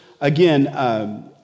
again